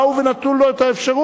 באו ונתנו לו את האפשרות.